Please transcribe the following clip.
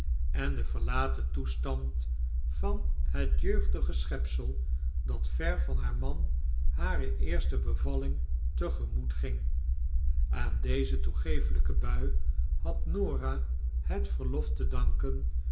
en den verlaten toestand van het jeugdige schepsel dat ver van haar man hare eerste bevalling te gemoet ging aan deze toegeeflgke bui had norah het verlof te danken